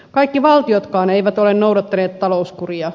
kaikki valtiotkaan eivät ole noudattaneet talouskuria